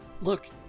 Look